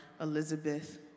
Elizabeth